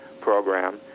program